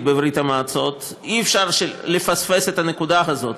בברית המועצות אי-אפשר לפספס את הנקודה הזאת.